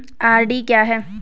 RD क्या है?